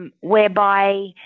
whereby